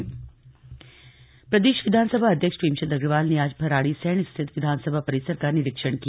निरीक्षण प्रदेश विधानसभा अध्यक्ष प्रेमचंद अग्रवाल ने आज भराड़ीसैण स्थित विधानसभा परिसर का निरीक्षण किया